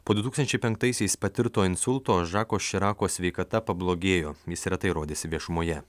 po du tūkstančiai penktaisiais patirto insulto žako širako sveikata pablogėjo jis retai rodėsi viešumoje